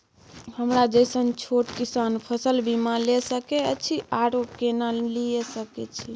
हमरा जैसन छोट किसान फसल बीमा ले सके अछि आरो केना लिए सके छी?